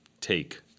take